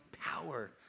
power